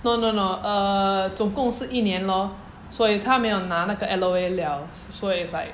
no no no err 总共是一年 lor 所以他没有拿那个 L_O_A liao so it's like